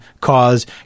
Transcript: cause